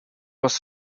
was